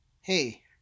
Hey